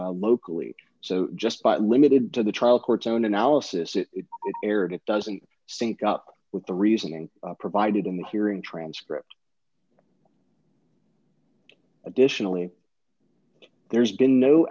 locally so just by limited to the trial court's own analysis it aired it doesn't stink up with the reasoning provided in the hearing transcript additionally there's been no